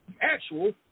actual